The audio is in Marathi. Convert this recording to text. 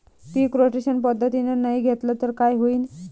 पीक रोटेशन पद्धतीनं नाही घेतलं तर काय होईन?